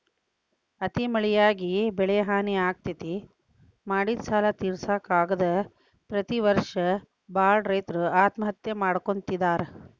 ಅತಿ ಮಳಿಯಾಗಿ ಬೆಳಿಹಾನಿ ಆಗ್ತೇತಿ, ಮಾಡಿದ ಸಾಲಾ ತಿರ್ಸಾಕ ಆಗದ ಪ್ರತಿ ವರ್ಷ ಬಾಳ ರೈತರು ಆತ್ಮಹತ್ಯೆ ಮಾಡ್ಕೋತಿದಾರ